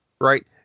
right